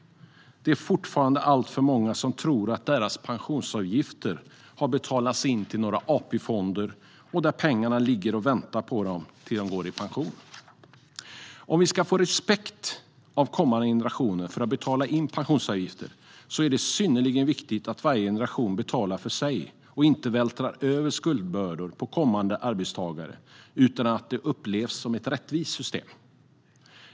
Det är fortfarande alltför många som tror att deras pensionsavgifter har betalats in till några AP-fonder där pengarna ligger och väntar på dem tills de går i pension. För att kommande generationer ska få respekt för inbetalningen av pensionsavgifter är det synnerligen viktigt att varje generation betalar för sig och inte vältrar över skuldbördor på kommande arbetstagare; systemet måste upplevas som rättvist.